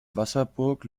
wasserburg